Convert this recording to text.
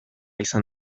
izan